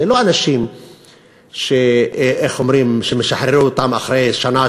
זה לא אנשים שמשחררים אותם אחרי שנה,